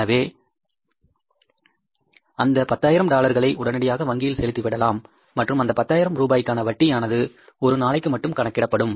எனவே அந்த 10000 டாலர்களை உடனடியாக வங்கியில் செலுத்தி விடலாம் மற்றும் அந்த 10000 ரூபாய்காண வட்டியானது ஒரு நாளைக்கு மட்டும் கணக்கிடப்படும்